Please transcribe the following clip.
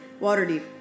Waterdeep